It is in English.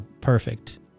perfect